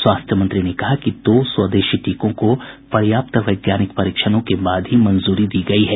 स्वास्थ्य मंत्री ने कहा कि दो स्वदेशी टीकों को पर्याप्त वैज्ञानिक परीक्षणों के बाद ही मंजूरी दी गई है